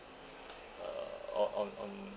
err or on on